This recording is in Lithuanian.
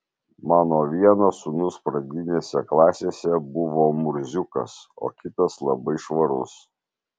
mano vienas sūnus pradinėse klasėse buvo murziukas o kitas labai švarus